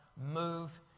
move